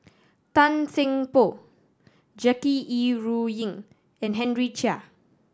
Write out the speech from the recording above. Tan Seng Poh Jackie Yi Ru Ying and Henry Chia